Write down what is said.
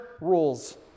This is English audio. rules